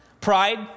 Pride